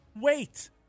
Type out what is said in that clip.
wait